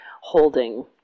holding